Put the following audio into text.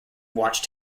watch